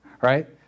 Right